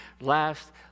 last